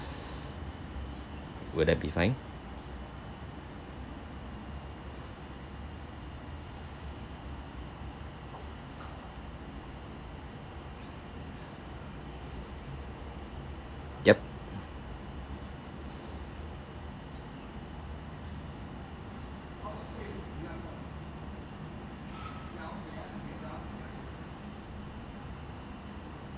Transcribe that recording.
will that be fine yup